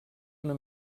una